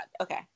Okay